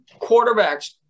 quarterbacks